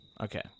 Okay